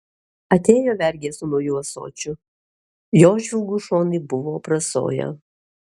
atėjo vergė su nauju ąsočiu jo žvilgūs šonai buvo aprasoję